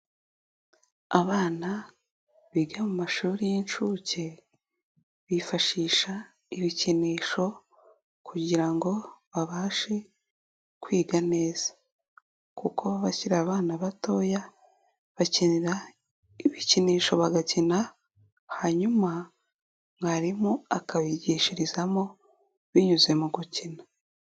Abana biga mu mashuri y'inshuke bifashisha ibikinisho kugira ngo babashe kwiga neza kuko bakira abana batoya bakenera ibikinisho bagakina, hanyuma mwarimu akabigishirizamo binyuze mu gukina.